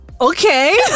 Okay